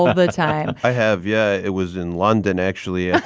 ah the time i have, yeah. it was in london, actually,